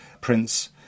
Prince